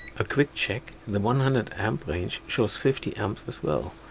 a quick check, the one hundred and a range shows fifty and a as well,